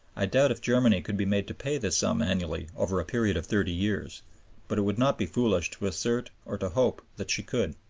i doubt if germany could be made to pay this sum annually over a period of thirty years but it would not be foolish to assert or to hope that she could.